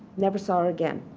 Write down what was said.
never saw her again.